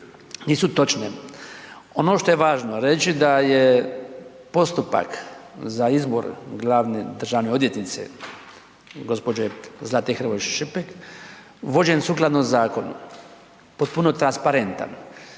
nisu točne. Ono što je važno reći da je postupak za izbor glavne državne odvjetnice gospođe Zlate Hrvoj Šipek vođen sukladno zakonu, potpuno transparentan